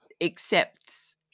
accepts